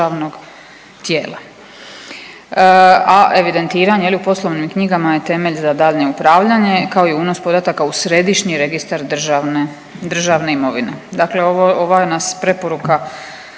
državnog tijela. A evidentiranje u poslovnim knjigama je temelj za daljnje upravljanje kao i unos podataka u Središnji registar državne imovine. Dakle, ova nas preporuka